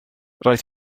roedd